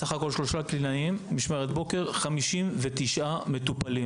סך הכול שלושה קלינאים במשמרת בוקר 59 מטופלים.